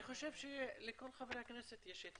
ואז כל הנושא של סטטוס קוו חברתי ורגשי ולימודי מתערער,